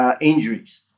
injuries